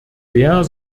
wer